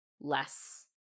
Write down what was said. less